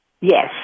yes